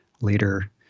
later